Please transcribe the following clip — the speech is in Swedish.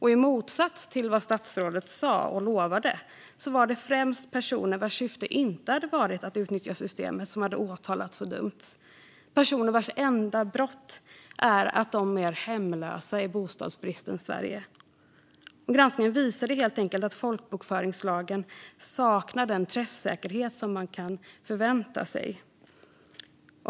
I motsats till vad statsrådet sa och lovade var det främst personer vars syfte inte hade varit att utnyttja systemet som hade åtalats och dömts, personer vars enda brott var att de var hemlösa i bostadsbristens Sverige. Granskningen visade helt enkelt att folkbokföringslagen saknar den träffsäkerhet som man kan förvänta sig.